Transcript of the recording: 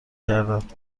کردهاند